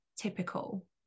typical